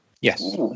yes